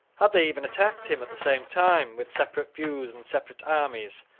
had they even attacked him, at the same time, with separate views and separate armies,